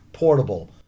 portable